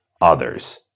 others